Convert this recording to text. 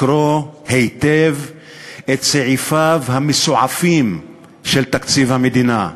לקרוא היטב את סעיפיו המסועפים של תקציב המדינה?